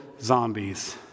zombies